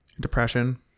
depression